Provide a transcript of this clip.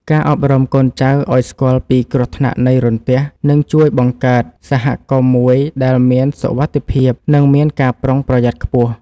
ការអប់រំកូនចៅឱ្យស្គាល់ពីគ្រោះថ្នាក់នៃរន្ទះនឹងជួយបង្កើតសហគមន៍មួយដែលមានសុវត្ថិភាព និងមានការប្រុងប្រយ័ត្នខ្ពស់។